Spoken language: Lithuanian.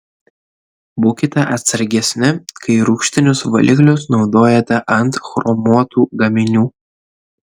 būkite atsargesni kai rūgštinius valiklius naudojate ant chromuotų gaminių